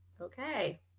okay